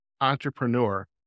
entrepreneur